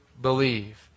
believe